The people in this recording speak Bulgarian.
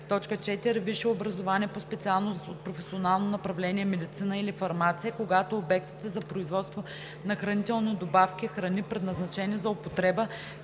или 4. висше образование по специалност от професионално направление „медицина“ или „фармация“, когато обектът е за производство на хранителни добавки, храни, предназначени за употреба